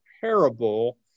parable